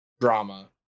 drama